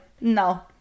no